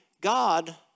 God